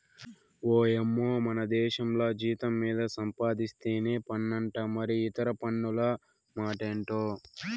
ఓయమ్మో మనదేశంల జీతం మీద సంపాధిస్తేనే పన్నంట మరి ఇతర పన్నుల మాటెంటో